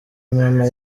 mama